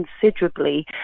considerably